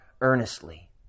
earnestly